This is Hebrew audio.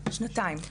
שנתיים.